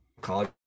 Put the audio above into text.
college